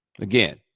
again